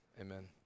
Amen